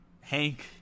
Hank